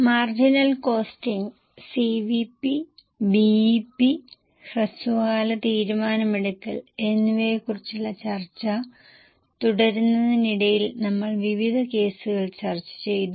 marginal costing CVP BEP ഹ്രസ്വകാല തീരുമാനമെടുക്കൽ എന്നിവയെക്കുറിച്ചുള്ള ചർച്ച തുടരുന്നതിനിടയിൽ നമ്മൾ വിവിധ കേസുകൾ ചർച്ച ചെയ്തു